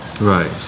Right